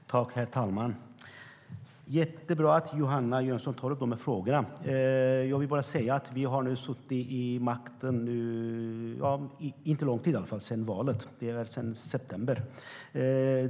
STYLEREF Kantrubrik \* MERGEFORMAT Migration, Anhörig-invandring och Arbets-kraftsinvandringHerr talman! Det är jättebra att Johanna Jönsson tar upp de här frågorna. Jag vill bara säga att vi inte har suttit vid makten under så lång tid utan efter valet, sedan september.